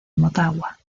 motagua